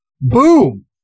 boom